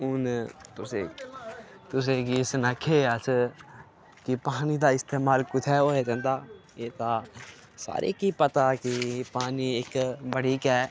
हून तुसें तुसेंगी सनाह्गे अस कि पानी दा इस्तेमाल कुत्थै होऐ जंदा ऐ तां एह् तां हर इक दी कि पता कि पानी इक बड़ी गै